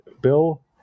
Bill